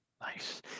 Nice